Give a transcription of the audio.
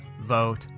vote